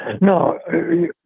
No